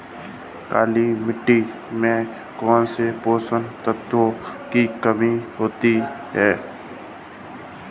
काली मिट्टी में कौनसे पोषक तत्वों की कमी होती है?